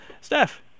Steph